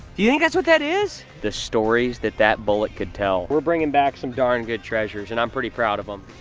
you think that's what that is? the stories that that bullet could tell. we're bringing back some darn good treasures, and i'm pretty proud of them.